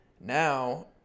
now